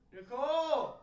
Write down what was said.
Nicole